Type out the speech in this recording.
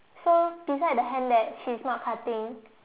so beside the hand that she's not cutting